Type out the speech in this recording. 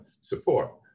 support